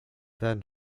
then